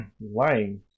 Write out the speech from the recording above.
lying